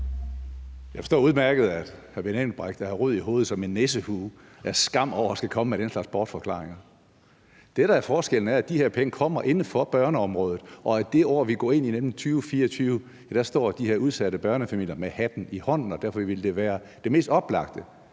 Jeg forstår udmærket, at hr. Benny Engelbrecht er rød i hovedet som en nissehue af skam over at skulle komme med den slags bortforklaringer. Det, der er forskellen, er, at de her penge kommer inde fra børneområdet, og at i det år, vi går ind i, nemlig 2024, står de her udsatte børnefamilier med hatten i hånden. Og derfor ville det være det mest oplagte,